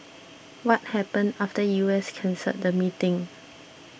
what happened after U S cancelled the meeting